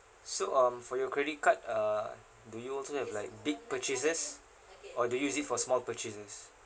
so um for your credit card uh do you also have like big purchases or do you use it for small purchases